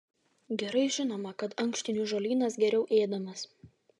gerai žinoma kad ankštinių žolynas geriau ėdamas